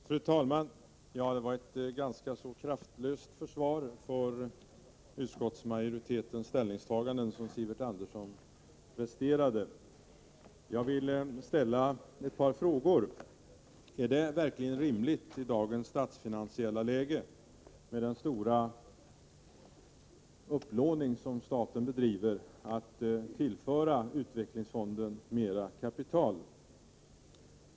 Fru talman! Det var ett ganska kraftlöst försvar för utskottsmajoritetens ställningstaganden som Sivert Andersson presterade. Jag vill ställa ett par frågor. Är det verkligen rimligt i dagens statsfinansiella läge, med den stora upplåning som staten bedriver, att tillföra utvecklingsfonden mera kapital?